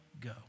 go